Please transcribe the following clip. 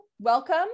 Welcome